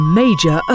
major